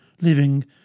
living